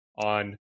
On